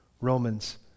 romans